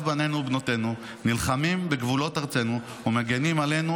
בנינו ובנותינו נלחמים בגבולות ארצנו ומגינים עלינו,